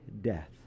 death